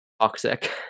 toxic